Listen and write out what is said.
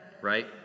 right